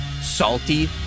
salty